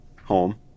home